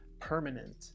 permanent